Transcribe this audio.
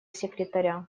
секретаря